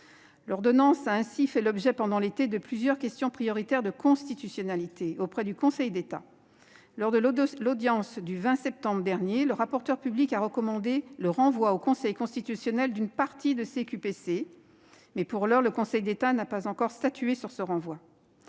l'été, elle a fait l'objet de plusieurs questions prioritaires de constitutionnalité auprès du Conseil d'État. Lors de l'audience du 20 septembre dernier, le rapporteur public a recommandé le renvoi au Conseil constitutionnel d'une partie de ces questions ; mais, pour l'heure, le Conseil d'État n'a pas encore statué sur ce renvoi.